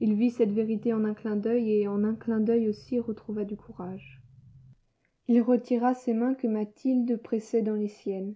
il vit cette vérité en un clin d'oeil et en un clin d'oeil aussi retrouva du courage il retira ses mains que mathilde pressait dans les siennes